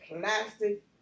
plastic